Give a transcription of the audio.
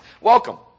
welcome